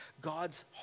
God's